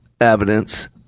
evidence